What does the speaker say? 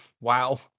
wow